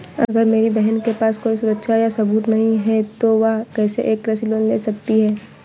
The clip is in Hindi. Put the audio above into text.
अगर मेरी बहन के पास कोई सुरक्षा या सबूत नहीं है, तो वह कैसे एक कृषि लोन ले सकती है?